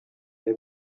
they